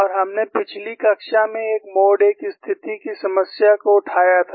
और हमने पिछली कक्षा में एक मोड 1 स्थिति की समस्या को उठाया था